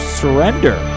surrender